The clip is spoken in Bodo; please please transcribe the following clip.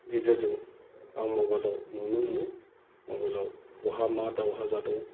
गेजेरजों आं मबाइलाव नुनो मोनो माबाइलाव बहा मा दाउहा जादों